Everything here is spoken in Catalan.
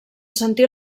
sentí